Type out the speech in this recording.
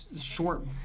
short